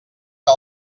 que